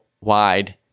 wide